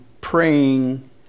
praying